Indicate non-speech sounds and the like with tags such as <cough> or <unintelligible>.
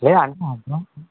లే <unintelligible>